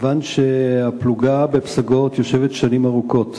כיוון שהפלוגה בפסגות יושבת שנים ארוכות,